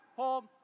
home